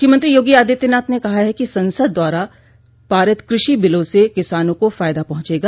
मुख्यमंत्री योगी आदित्यनाथ ने कहा है कि संसद द्वारा पारित कृषि बिलों से किसानों को फायदा पहुंचेगा